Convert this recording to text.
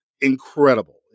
incredible